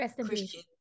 Christian